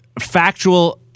factual